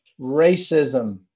racism